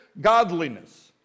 godliness